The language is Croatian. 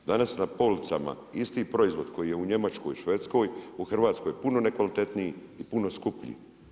Danas na policama isti proizvod koji je u Njemačkoj, Švedskoj u Hrvatskoj je puno nekvalitetnij i puno skuplji.